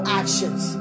actions